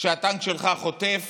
שהטנק שלך חוטף